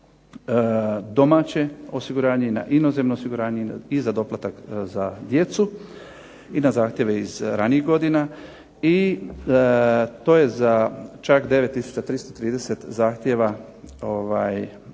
na domaće osiguranje i na inozemno osiguranje i za doplatak za djecu i na zahtjeve iz ranijih godina. I to je za čak 9330 zahtjeva